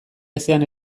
ezean